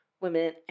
women